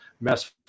mess